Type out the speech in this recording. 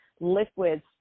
liquids